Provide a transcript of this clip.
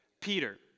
Peter